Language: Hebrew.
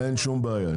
אין שום בעיה.